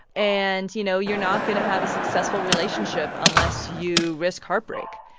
and, you know, you're not going to have a successful relationship unless you risk heartbreak.